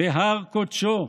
בהר קודשו,